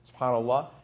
subhanAllah